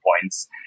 points